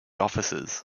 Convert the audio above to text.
officers